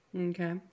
Okay